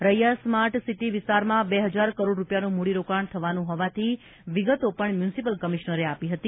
Raiya smart city વિસ્તારમાં બે હજાર કરોડ રૂપિયાનું મૂડીરોકાણ થવાનું હોવાથી વિગતો પણ મ્યુનિસિપલ કમિશ્નરે આપી હતી